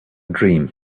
dream